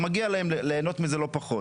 מגיע להם ליהנות מזה לא פחות.